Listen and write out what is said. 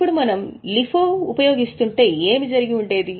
ఇప్పుడు మనం LIFO ఉపయోగిస్తుంటే ఏమి జరిగి ఉండేది